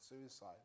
suicide